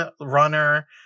runner